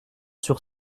sur